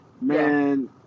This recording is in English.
Man